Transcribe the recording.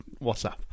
WhatsApp